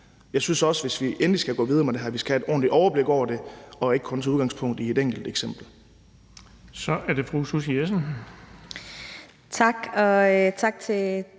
Jeg synes også, at vi, hvis vi endelig skal gå videre med det her, skal have et ordentligt overblik over det og ikke kun tage udgangspunkt i et enkelt eksempel.